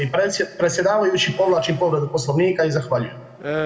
Predsjedavajući, povlačim povredu Poslovnika i zahvaljujem.